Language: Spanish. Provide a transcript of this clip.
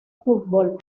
fútbol